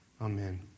Amen